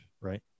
right